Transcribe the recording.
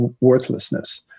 worthlessness